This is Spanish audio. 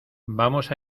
vamos